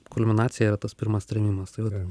kulminacija yra tas pirmas trėmimas tai vat